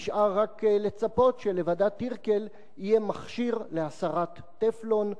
נשאר רק לצפות שלוועדת-טירקל יהיה מכשיר להסרת טפלון,